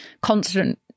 constant